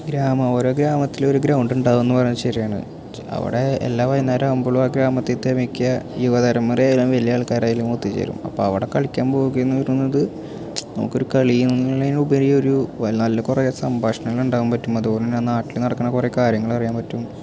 ഗ്രാമം ഓരോ ഗ്രാമത്തിലും ഒരോ ഗ്രൗണ്ടുണ്ടാകും എന്ന് പറയുന്നത് ശരിയാണ് അവിടെ എല്ലാ വൈകുന്നേരം ആകുമ്പോഴും ആ ഗ്രാമത്തിലെ മിക്ക യുവതലമുറ ആയാലും വലിയ ആൾക്കാരായാലും ഒത്തുചേരും അപ്പം അവിടെ കളിയ്ക്കാൻ പോകുക എന്ന് പറയുന്നത് നമുക്ക് ഒരു കളി അങ്ങനെ ഉള്ളതിനുപരി ഒരു നല്ല കുറേ സംഭാഷണങ്ങൾ ഉണ്ടാകാൻ പറ്റും അതുപോല തന്നെ ആ നാട്ടിൽ നടക്കുന്ന കുറെ കാര്യങ്ങൾ അറിയാൻ പറ്റും